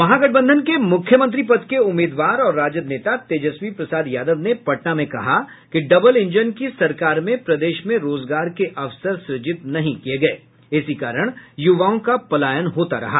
महागठबंधन के मुख्यमंत्री पद के उम्मीदवार और राजद नेता तेजस्वी प्रसाद यादव ने पटना में कहा कि डबल इंजन की सरकार में प्रदेश में रोजगार के अवसर सृजित नहीं किये गये इसी कारण युवाओं का पलायन होता रहा